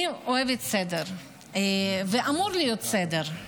אני אוהבת סדר, ואמור להיות סדר.